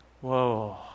Whoa